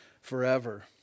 forever